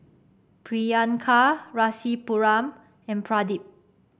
Priyanka Rasipuram and Pradip